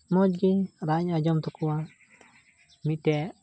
ᱢᱚᱡᱽ ᱜᱮ ᱨᱟᱜ ᱤᱧ ᱟᱡᱚᱢ ᱛᱟᱠᱚᱣᱟ ᱢᱤᱫᱴᱮᱡ